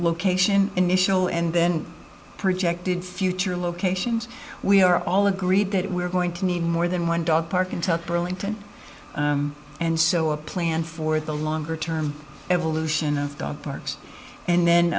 location initial and then projected future locations we are all agreed that we're going to need more than one dog park into burlington and so a plan for the longer term evolution of parks and then